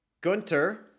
Gunter